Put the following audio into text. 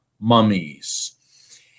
mummies